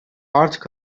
artık